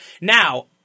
Now